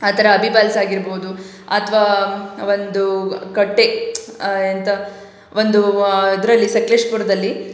ಆ ಥರ ಅಬ್ಬಿ ಪಾಲ್ಸ್ ಆಗಿರ್ಬೋದು ಅಥವಾ ಒಂದು ಕಟ್ಟೆ ಎಂಥ ಒಂದು ಅರದಲ್ಲಿ ಸಕಲೇಶ್ಪುರದಲ್ಲಿ